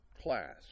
class